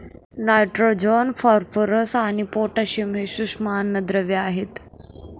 nitrogen, phosphorus आणि potassium हे सूक्ष्म अन्नद्रव्ये आहेत